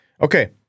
Okay